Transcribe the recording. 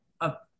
up